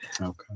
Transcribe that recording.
Okay